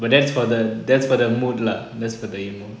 but that's for the that's for the mood lah that's the thing